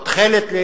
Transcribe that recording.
או תכלת.